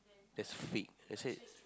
that's fake let's say